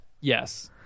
Yes